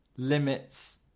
limits